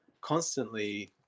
constantly